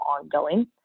ongoing